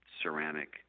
ceramic